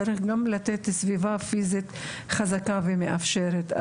צריך גם לתת להם סביבה פיזית חזקה ומאפשרת.